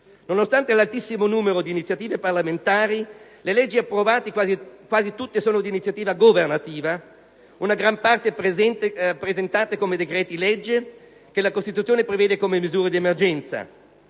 Nonostante l'altissimo numero di iniziative parlamentari, le leggi approvate sono quasi tutte d'iniziativa governativa, una gran parte presentate come decreti-legge, che la Costituzione prevede come misure d'emergenza;